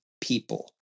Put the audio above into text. people